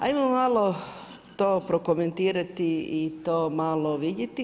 Ajmo malo to prokomentirati i to malo vidjeti.